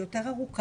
היא יותר ארוכה,